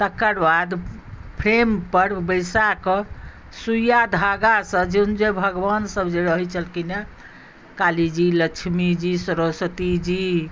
तकरबाद फ्रेमपर बैसा कऽ सुइआ धागासँ जेना जे भगवानसभ जे रहैत छलखिन हेँ काली जी लक्ष्मी जी सरस्वती जी